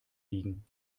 biegen